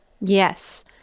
yes